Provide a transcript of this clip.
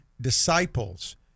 disciples